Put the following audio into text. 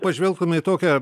pažvelgtume į tokią